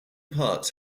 parts